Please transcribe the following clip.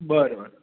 बरं बरं